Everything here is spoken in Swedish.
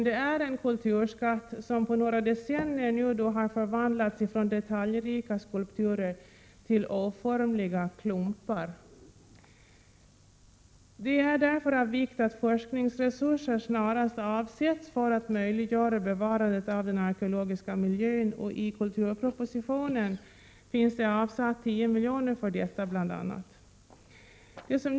Det är en kulturskatt som på några decennier förvandlats från detaljrika skulpturer till oformliga klumpar. Det är därför av vikt att forskningsresurser snarast avsätts för att möjliggöra bevarandet av den arkeologiska miljön, och i kulturpropositionen har det föreslagits 10 milj.kr. för bl.a. detta.